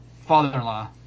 father-in-law